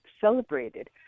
celebrated